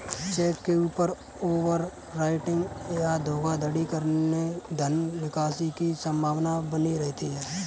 check के ऊपर overwriting या धोखाधड़ी करके धन निकासी की संभावना बनी रहती है